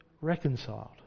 reconciled